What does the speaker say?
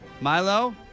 Milo